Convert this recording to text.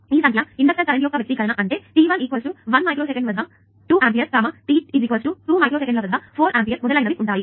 ఇక్కడ ఈ సంఖ్య ఇండక్టర్ కరెంట్ యొక్క వ్యక్తీకరణ అంటే t1 1 మైక్రో సెకండ్ వద్ద 2 ఆంపియర్ t 2 మైక్రో సెకన్లకు వద్ద 4 ఆంపియర్ మొదలైనవి ఉన్నాయి